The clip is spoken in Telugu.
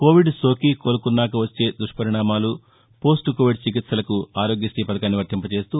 కోవిడ్ సోకి కోలుకున్నాక వచ్చే దుప్పరిణామాలు పోస్ట్ కోవిడ్ చికిత్సలకు ఆరోగ్య రీ పథకాన్ని వర్తింపజేస్తూ